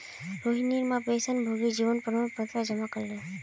रोहिणीर मां पेंशनभोगीर जीवन प्रमाण पत्र जमा करले